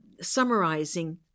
summarizing